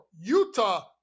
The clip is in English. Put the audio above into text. Utah